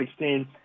2016